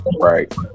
Right